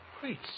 Great